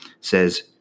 says